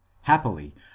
Happily